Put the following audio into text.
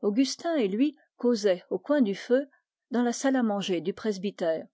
augustin et lui causaient au coin du feu dans la salle à manger du presbytère